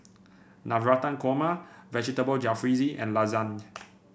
Navratan Korma Vegetable Jalfrezi and Lasagne